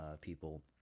people